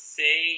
say